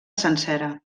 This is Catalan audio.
sencera